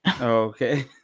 Okay